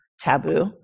taboo